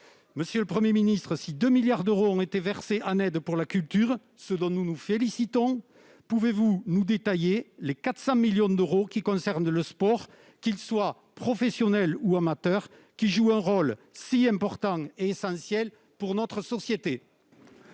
Monsieur le Premier ministre, si 2 milliards d'euros ont été versés pour venir en aide à la culture, ce dont nous nous félicitons, pouvez-vous nous détailler les 400 millions d'euros qui concernent le sport, professionnel ou amateur, qui joue un rôle si essentiel dans notre société ?